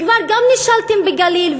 כבר נישלתם בגליל,